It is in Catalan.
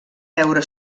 veure